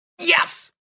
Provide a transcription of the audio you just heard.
Yes